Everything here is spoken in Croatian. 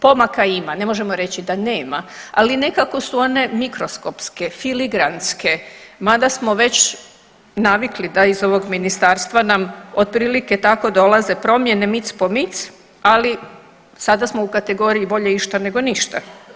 Pomaka ima ne možemo reći da nema, ali nekako su one mikroskopske, filigranske mada smo već navikli da iz ovog ministarstva nam otprilike tako dolaze promjene mic po mic, ali sada smo u kategoriji bolje išta nego ništa.